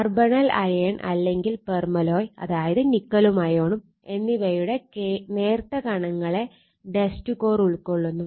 carbonyl iron അല്ലെങ്കിൽ permalloy ‐അതായത് നിക്കലും അയേണും‐ എന്നിവയുടെ നേർത്ത കണങ്ങളെ ഡസ്റ്റ് കോർ ഉൾക്കൊള്ളുന്നു